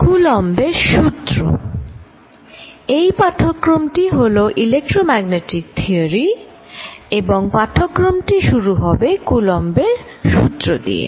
কুলম্বের সূত্র Coulumb's Law এই পাঠক্রম টি হলো ইলেক্ট্রোম্যাগনেটিক থিওরি এবং পাঠক্রম টি শুরু হবে কুলম্বের সূত্র Coulumb's Lawদিয়ে